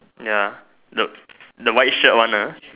ya the the white shirt one uh